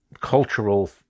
cultural